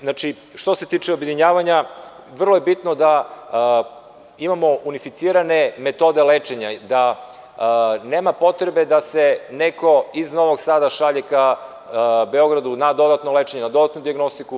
Znači, što se tiče objedinjavanja, vrlo je bitno da imamo unificirane metode lečenja, da nema potrebe da se neko iz Novog Sada šalje ka Beogradu na dodatno lečenje, na dodatnu dijagnostiku.